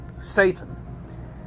Satan